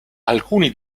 alcuni